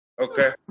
Okay